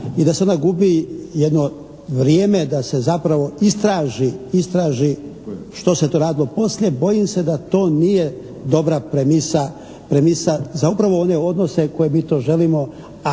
i da se onda gubi jedno vrijeme da se zapravo istraži što se to radilo poslije bojim se da to nije dobra premisa za upravo ove odnose koje mi to želimo, a to je